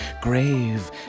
grave